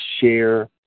share